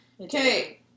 Okay